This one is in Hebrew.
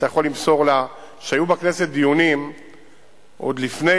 ואתה יכול למסור לה שהיו בכנסת דיונים עוד לפני